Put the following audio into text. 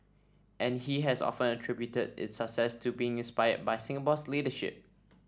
and he has often attributed its success to being inspired by Singapore's leadership